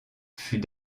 fut